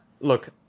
Look